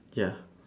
ya